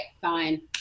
fine